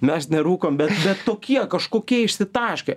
mes nerūkom bet bet tokie kažkokie išsitaškę